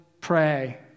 pray